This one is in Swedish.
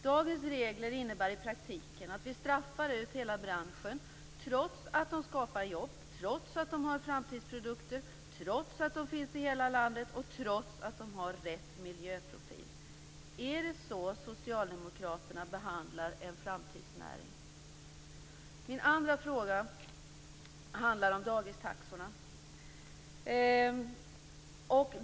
Dagens regler innebär i praktiken att vi straffar ut hela branschen trots att den skapar jobb, trots att den har framtidsprodukter, trots att den finns i hela landet och trots att den har rätt miljöprofil. Är det så Socialdemokraterna behandlar en framtidsnäring? Min andra fråga handlar om dagistaxorna.